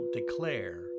declare